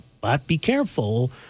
but-be-careful